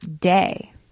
day